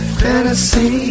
fantasy